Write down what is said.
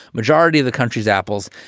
majority of the country's apples.